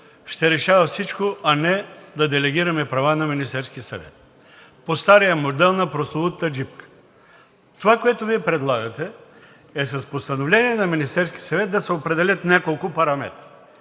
ще решава всичко, а не да делегираме права на Министерския съвет – по стария модел на прословутата джипка. Това, което Вие предлагате, е с постановление на Министерския съвет да се определят няколко параметъра.